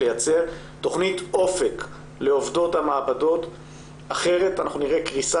לייצר תכנית אופק לעובדי המעבדות אחרת אנחנו נראה קריסה